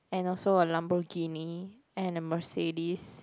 and also a Lamborghini and a Mercedes